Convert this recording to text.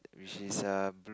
which is err